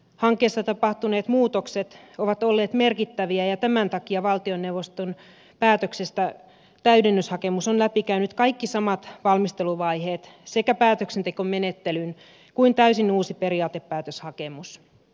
hankkeessa tapahtuneet muutokset ovat olleet merkittäviä ja tämän takia valtioneuvoston päätöksestä täydennyshakemus on läpikäynyt kaikki samat valmisteluvaiheet sekä päätöksentekomenettelyn kuin täysin uusi periaatepäätöshakemus